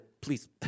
please